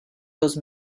those